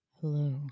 hello